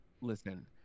Listen